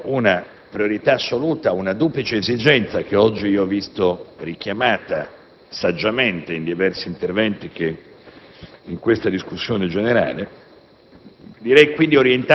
assegnando priorità assoluta alla duplice esigenza (che oggi ho visto richiamata saggiamente in diversi interventi in discussione generale)